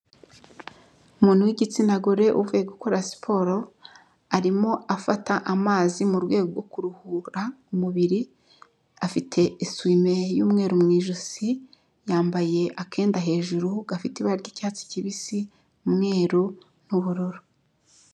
Umuntu w'igitsina gore uvuye gukora siporo, arimo afata amazi mu rwego rwo kuruhura umubiri, afite isyime y'umweru mu ijosi, yambaye akenda hejuru gafite ibara ry'icyatsi kibisi, umweru n'ubururu.